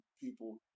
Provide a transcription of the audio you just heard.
people